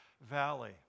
valley